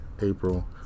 April